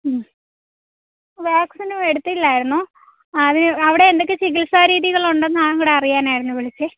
ഉം വാക്സിനും എടുത്തില്ലായിരുന്നു അവിടെ എന്തൊക്കെ ചികിത്സാ രീതികൾ ഉണ്ടെന്ന് കൂടെ അറിയാനായിരുന്നു വിളിച്ചത്